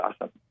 awesome